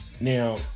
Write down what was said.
now